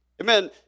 Amen